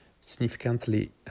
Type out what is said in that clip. significantly